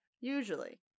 Usually